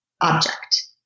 object